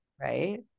Right